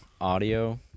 audio